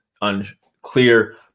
unclear